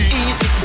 easy